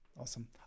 awesome